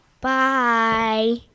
Bye